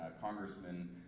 Congressman